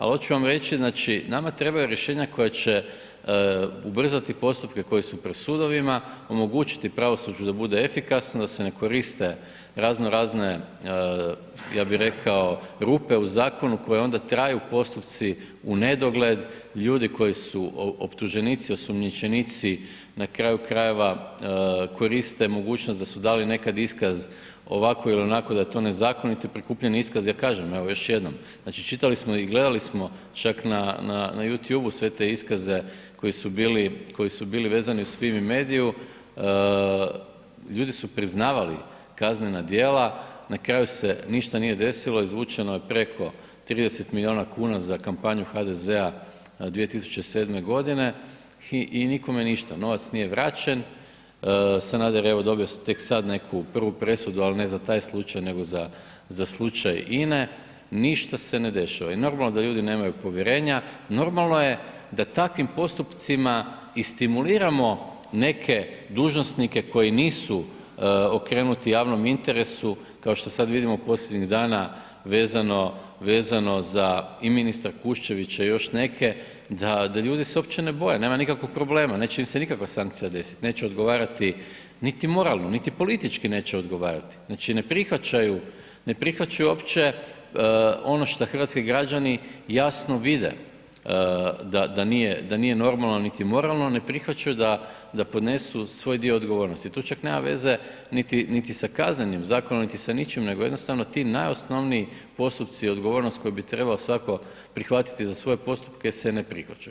Al hoću vam reći, znači nama trebaju rješenja koja će ubrzati postupke koji su pred sudovima, omogućiti pravosuđu da bude efikasno da se ne koriste razno razne, ja bi rekao, rupe u zakonu koje onda traju postupci u nedogled, ljudi koji su optuženici, osumnjičenici, na kraju krajeva koriste mogućnost da su dali nekad iskaz ovako ili onako, da je to nezakoniti prikupljeni iskaz, ja kažem evo još jednom, znači čitali smo i gledali smo čak na YouTubeu sve te iskaze koji su bili, koji su bili vezani uz Fimi mediju, ljudi su priznavali kaznena djela, na kraju se ništa nije desilo, izvučeno je preko 30 milijuna kuna za kampanju HDZ-a 2007.g. i nikome ništa, novac nije vraćen, Sanader evo dobio tek sad neku prvu presudu, al ne za taj slučaj, nego za, za slučaj INA-e, ništa se ne dešava i normalno da ljudi nemaju povjerenja, normalno je da takvim postupcima i stimuliramo neke dužnosnike koji nisu okrenuti javnom interesu kao što sad vidimo posljednjih dana vezano, vezano za i ministra Kuščevića i još neke, da da ljudi se uopće ne boje, nema nikakvog problema, neće im se nikakva sankcija desiti, neće odgovarati niti moralno, niti politički neće odgovarati, znači ne prihvaćaju, ne prihvaćaju uopće ono šta hrvatski građani jasno vide da, da nije, da nije normalno niti moralno, ne prihvaćaju da, da podnesu svoj dio odgovornosti, to čak nema veze niti, niti sa kaznenim zakonom niti sa ničim nego jednostavno ti najosnovniji postupci i odgovornost koju bi trebao svatko prihvatiti za svoje postupke se ne prihvaćaju.